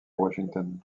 washington